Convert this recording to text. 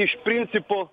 iš principo